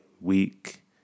week